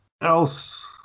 else